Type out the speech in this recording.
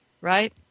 right